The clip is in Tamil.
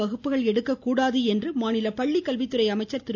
வகுப்புகள் எடுக்கக்கூடாது என்று மாநில பள்ளிக்கல்வித்துறை அமைச்சர் திரு